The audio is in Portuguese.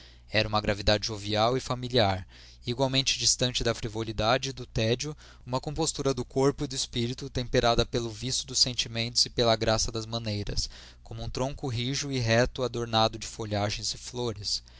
era uma gravidade jovial e familiar igualmente distante da frivolidade e do tédio uma compostura do corpo e do espírito temperada pelo viço dos sentimentos e pela graça das maneiras como um tronco rijo e reto adornado de folhagens e flores